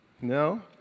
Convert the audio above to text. No